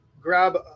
grab –